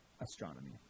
astronomy